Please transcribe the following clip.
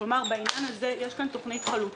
כלומר בעניין הזה יש כאן תוכנית חלוטה.